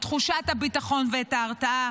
את תחושת הביטחון ואת ההרתעה